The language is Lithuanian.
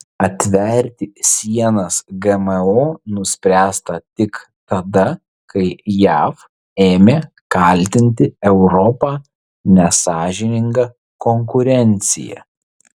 atverti sienas gmo nuspręsta tik tada kai jav ėmė kaltinti europą nesąžininga konkurencija